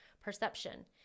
perception